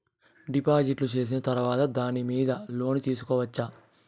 డిపాజిట్లు సేసిన తర్వాత దాని మీద లోను తీసుకోవచ్చా?